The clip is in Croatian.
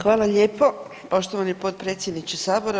Hvala lijepo poštovani potpredsjedniče Sabora.